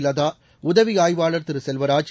லதா உதவி ஆய்வாளர் திரு செல்வராஜ்